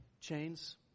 Chains